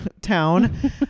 town